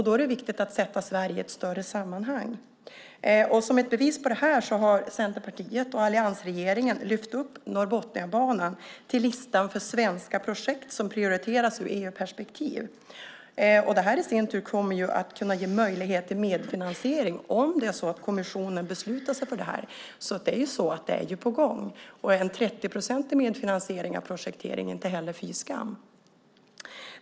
Då är det viktigt att sätta Sverige i ett större sammanhang. Som ett bevis på det här har Centerpartiet och alliansregeringen lyft upp Norrbotniabanan på listan för svenska projekt som prioriteras ur ett EU-perspektiv. Det kommer i sin tur att kunna ge möjlighet till medfinansiering om kommissionen beslutar sig för det här. Det är alltså på gång. En 30-procentig medfinansiering när det gäller projektering är inte heller fy skam.